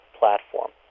platform